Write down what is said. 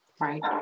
Right